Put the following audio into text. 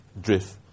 drift